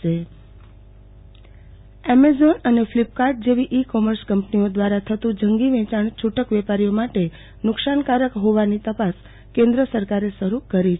આરતી Bhadd Amazon Flipkart Amazon અને Flipkart જેવી e commerce કંપનીઓ દ્વારા થતું જંગી વેચાણ છુટક વેપાર માટે નુકશાનકારક હોવાની તપાસ કેન્ સરકારે શરુ કરી છે